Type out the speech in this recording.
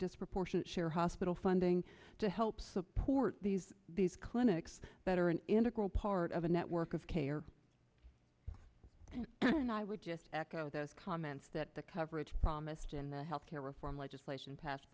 disproportionate share hospital funding to help support these these clinics that are an integral part of a network of care and i would just echo those comments that the coverage promised and the health care reform legislation passed